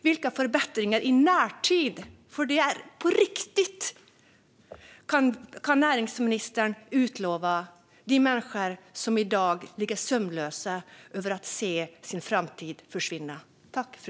Vilka förbättringar i närtid - för det här är på riktigt - kan näringsministern utlova de människor som i dag ligger sömnlösa inför synen av att deras framtid försvinner?